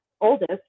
oldest